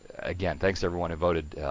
again, thanks everyone who voted,